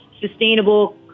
sustainable